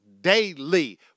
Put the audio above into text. daily